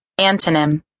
Antonym